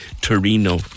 Torino